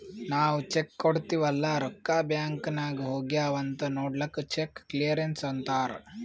ನಾವ್ ಚೆಕ್ ಕೊಡ್ತಿವ್ ಅಲ್ಲಾ ರೊಕ್ಕಾ ಬ್ಯಾಂಕ್ ನಾಗ್ ಹೋಗ್ಯಾವ್ ಅಂತ್ ನೊಡ್ಲಕ್ ಚೆಕ್ ಕ್ಲಿಯರೆನ್ಸ್ ಅಂತ್ತಾರ್